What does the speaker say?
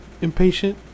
impatient